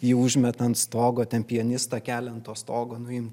jį užmeta ant stogo ten pianistą kelia ant to stogo nuimt